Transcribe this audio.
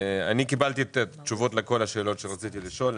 קיבלתי תשובות לכל השאלות שרציתי לשאול.